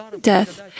death